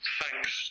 thanks